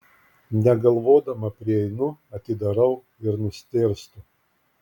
negalvodama prieinu atidarau ir nustėrstu